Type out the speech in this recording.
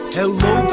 Hello